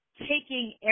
taking